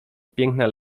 piękna